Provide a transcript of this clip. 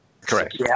Correct